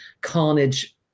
carnage